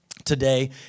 today